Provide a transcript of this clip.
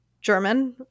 German